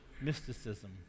mysticism